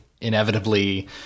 inevitably